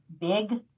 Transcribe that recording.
big